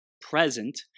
present